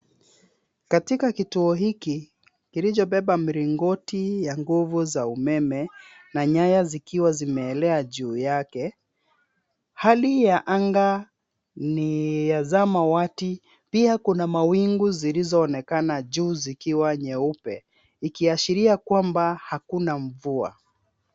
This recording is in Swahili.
Katika kituo hiki, kilichobeba mlingoti ya nguvu za umeme na nyaya zikiwa zimeelea juu yake. Hali ya anga ni ya samawati. Pia kuna mawingu zilizoonekana juu zikiwa nyeupe ikiashiria kwamba hakuna mvua.